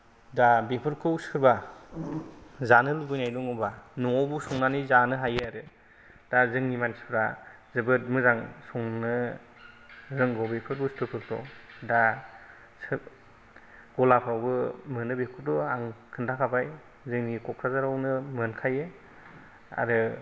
दा बेफोरखौ सोरबा जानो लुबैनाय दङबा न'आवबो संनानै जानो हायो आरो दा जोंनि मानसिफ्रा जोबोर मोजां संनो रोंगौ बेफोर बुस्थु फोरखौ दा सोब गलाफ्रावबो मोनो बेखौथ' आं खोन्थाखाबाय जोंनि कक्राझारावनो मोनखायो आरो